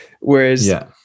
Whereas